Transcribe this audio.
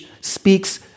speaks